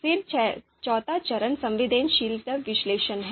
फिर चौथा चरण संवेदनशीलता विश्लेषण है